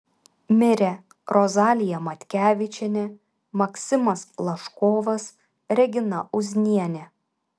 mirė rozalija matkevičienė maksimas laškovas regina uznienė